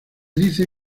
dice